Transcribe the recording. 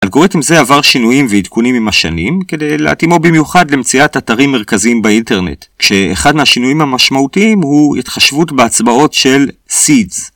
אלגוריתם זה עבר שינויים ועדכונים עם השנים, כדי להתאימו במיוחד למציאת אתרים מרכזיים באינטרנט. כשאחד מהשינויים המשמעותיים הוא התחשבות בהצבעות של seeds